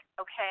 okay